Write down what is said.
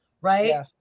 right